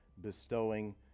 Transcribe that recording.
bestowing